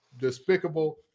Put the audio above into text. Despicable